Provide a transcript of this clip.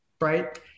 right